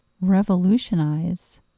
revolutionize